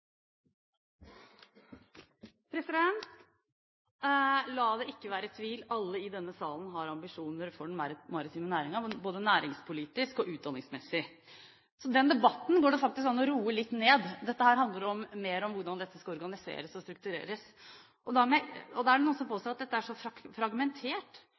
La det ikke være tvil: Alle i denne salen har ambisjoner for den maritime næringen, både næringspolitisk og utdanningsmessig. Så den debatten går det faktisk an å roe litt ned. Dette handler mer om hvordan dette skal organiseres og struktureres. Det er noen som påstår at dette er så fragmentert. Ja, det er fragmentert,